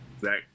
Zach